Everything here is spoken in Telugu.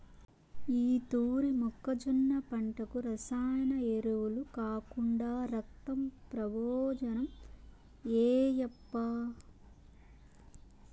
ఈ తూరి మొక్కజొన్న పంటకు రసాయన ఎరువులు కాకుండా రక్తం ప్రబోజనం ఏయప్పా